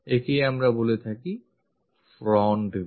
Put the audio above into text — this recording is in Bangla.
একেই আমরা বলে থাকি front view